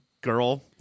girl